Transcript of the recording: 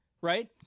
right